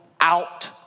out